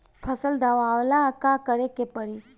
फसल दावेला का करे के परी?